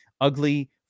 ugly